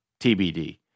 TBD